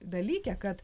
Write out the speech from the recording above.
dalyke kad